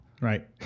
Right